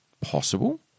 possible